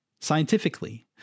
scientifically